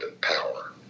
power